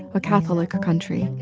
a catholic country.